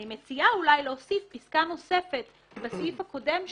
אני מציעה להוסיף פסקה נוספת בסעיף הקודם שאושר,